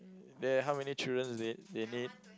the how many children they they need